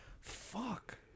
Fuck